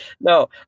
No